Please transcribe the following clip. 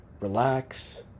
relax